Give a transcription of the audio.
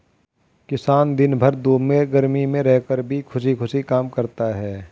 किसान दिन भर धूप में गर्मी में रहकर भी खुशी खुशी काम करता है